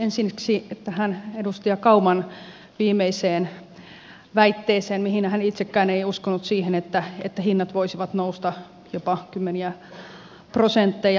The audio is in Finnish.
ensiksi tähän edustaja kauman viimeiseen väitteeseen mihin hän itsekään ei uskonut siihen että hinnat voisivat nousta jopa kymmeniä prosentteja